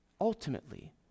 ultimately